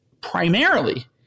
primarily